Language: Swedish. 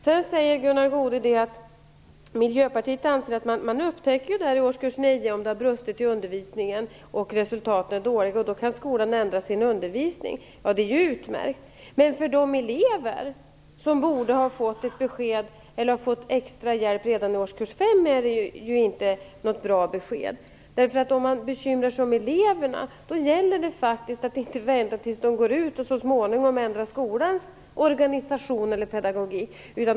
Gunnar Goude säger att Miljöpartiet anser att man upptäcker i årskurs 9 om det har brustit i undervisningen och resultatet är dåligt. Då kan skolan ändra sin undervisning. Det är utmärkt. Men för de elever som borde ha fått extra hjälp redan i årskurs 5 är det inte något bra besked. Om man bekymrar sig om eleverna gäller det faktiskt att inte vänta tills de går ut och så småningom ändra skolans organisation eller pedagogik.